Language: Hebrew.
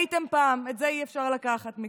הייתם פעם, את זה אי-אפשר לקחת מכם,